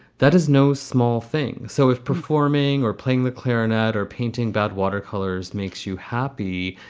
that is no small thing. so if performing or playing the clarinet or painting bad watercolors makes you happy,